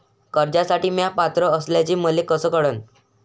कर्जसाठी म्या पात्र असल्याचे मले कस कळन?